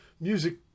music